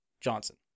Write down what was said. Johnson